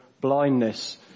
blindness